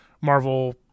Marvel